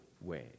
ways